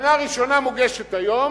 המנה הראשונה מוגשת היום,